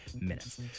minutes